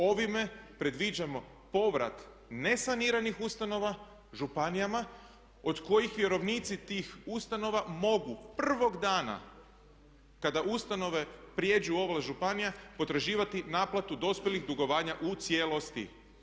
Ovime predviđamo povrat nesaniranih ustanova županijama od kojih vjerovnici tih ustanova mogu prvog dana kada ustanove prijeđu ovlast županija potraživati naplatu dospjelih dugovanja u cijelosti.